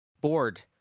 bored